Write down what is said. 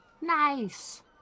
Nice